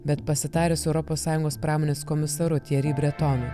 bet pasitarę su europos sąjungos pramonės komisaru tieri bretonu